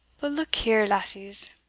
but look here, lasses,